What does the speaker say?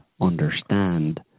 understand